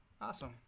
awesome